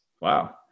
Wow